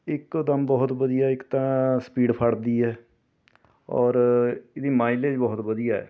ਇੱਕ ਦਮ ਬਹੁਤ ਵਧੀਆ ਇੱਕ ਤਾਂ ਸਪੀਡ ਫੜਦੀ ਹੈ ਔਰ ਇਹਦੀ ਮਾਈਲੇਜ਼ ਬਹੁਤ ਵਧੀਆ ਹੈ